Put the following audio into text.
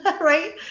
right